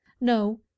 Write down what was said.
no